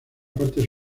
partes